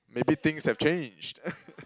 maybe things have changed